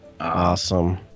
Awesome